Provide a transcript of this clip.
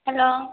hello